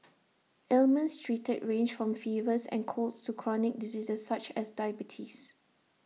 ailments treated range from fevers and colds to chronic diseases such as diabetes